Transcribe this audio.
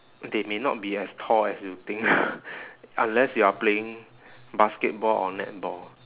they may not be as tall as you think unless you are playing basketball or netball